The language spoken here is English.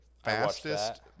fastest